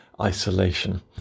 isolation